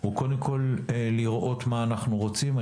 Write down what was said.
הוא קודם כול לראות מה אנחנו רוצים .